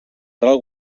ral